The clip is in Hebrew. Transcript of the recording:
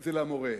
זה למורה,